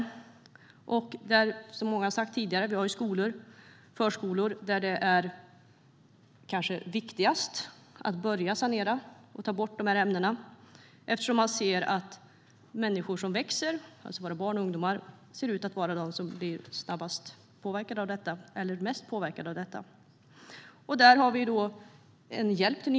Som många före mig har sagt är det kanske på skolor och förskolor som det är viktigast att börja sanera och ta bort dessa ämnen eftersom människor som växer, alltså våra barn och ungdomar, ser ut att vara de som påverkas mest av detta.